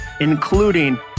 including